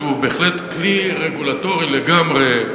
שהוא בהחלט כלי רגולטורי לגמרי,